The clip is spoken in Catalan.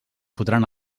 fotran